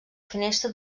finestra